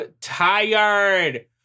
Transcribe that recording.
tired